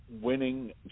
winning